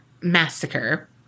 massacre